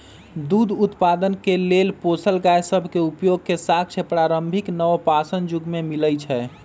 दूध उत्पादन के लेल पोसल गाय सभ के उपयोग के साक्ष्य प्रारंभिक नवपाषाण जुग में मिलइ छै